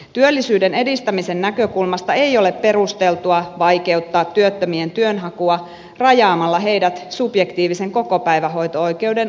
työllisyyden edistämisen näkökulmasta ei ole perusteltua vaikeuttaa työttömien työnhakua rajaamalla heidät subjektiivisen kokopäivähoito oikeuden ulkopuolelle